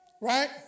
right